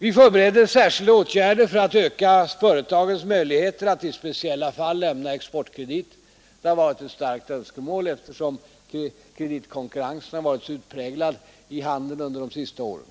Vi förbereder särskilda åtgärder för att öka företagens möjligheter att i speciella fall lämna exportkredit. Det har varit ett starkt önskemål att vi också skall kunna delta i detta på något sätt, eftersom kreditkonkurrensen har varit så utpräglad i handeln under de senaste åren.